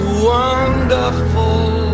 wonderful